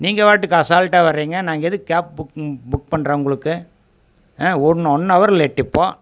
நீங்கள் பாட்டுக்கு அசால்ட்டாக வர்றீங்க நான் எதுக்கு கேப் புக் புக் பண்றேன் உங்களுக்கு ஒன் ஒன் அவர் லேட்டு இப்போது